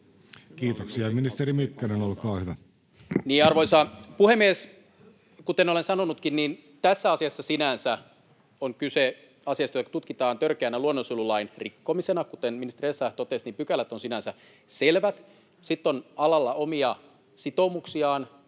Kiitoksia. — Ministeri Mykkänen, olkaa hyvä. Arvoisa puhemies! Niin, kuten olen sanonutkin, tässä asiassa sinänsä on kyse asiasta, jota tutkitaan törkeänä luonnonsuojelulain rikkomisena. Kuten ministeri Essayah totesi, pykälät ovat sinänsä selvät. Sitten on alalla omia sitoumuksiaan,